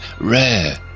rare